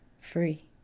free